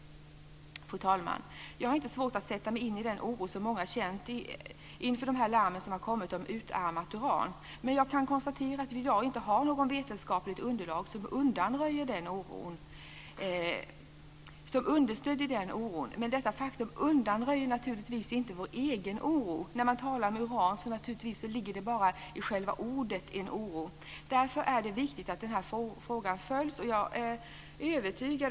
Fru talman! Jag har inte svårt att sätta mig in i den oro som många har känt inför de larm som har kommit om utarmat uran. Men jag kan konstatera att vi i dag inte har något vetenskapligt underlag som understöder den oron. Men detta faktum undanröjer naturligtvis inte vår egen oro. När man talar om uran ger själva ordet upphov till oro. Därför är det viktigt att den här frågan följs.